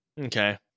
Okay